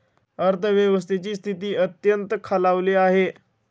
अर्थव्यवस्थेची स्थिती अत्यंत खालावली आहे